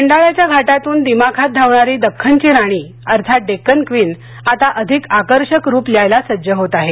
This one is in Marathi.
खंडाळ्याच्या घाटातून दिमाखात धावणारी दक्खन ची राणी अर्थात डेक्कन क्वीन आता अधिक आकर्षक रुप ल्यायला सज्ज होत आहे